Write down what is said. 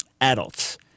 adults